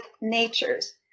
natures